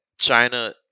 China